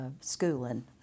schooling